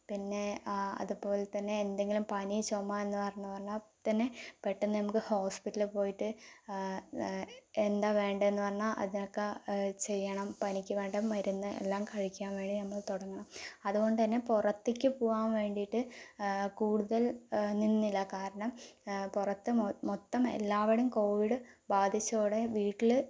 പിന്നെ ആ അതുപോലെ തന്നെ എന്തെങ്കിലും പനി ചുമ എന്ന് പറഞ്ഞു പറഞ്ഞാൽ തന്നെ പെട്ടെന്ന് നമുക്ക് ഹോസ്പിറ്റലിൽ പോയിട്ട് എന്താ വേണ്ടതെന്ന് പറഞ്ഞാൽ അതിനൊക്കെ ചെയ്യണം പനിക്ക് വേണ്ട മരുന്ന് എല്ലാം കഴിക്കാൻ വേണ്ടി നമ്മൾ തുടങ്ങണം അതുകൊണ്ട് തന്നെ പുറത്തേക്കു പോകാൻ വേണ്ടിയിട്ട് കൂടുതൽ നിന്നില്ല കാരണം പുറത്ത് മൊത്തം എല്ലാവടെയും കോവിഡ് ബാധിച്ചതോടെ വീട്ടിൽ